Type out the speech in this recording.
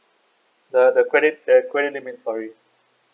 the the credit the credit limit sorry